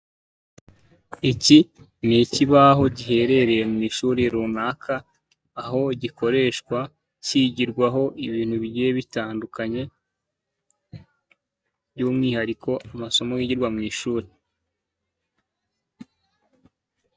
Iki ni ikibaho giherereye mu ishuri runaka, aho gikoreshwa kigirwaho ibintu bigiye bitandukanye, by'umwihariko amasomo yigirwa mu ishuri.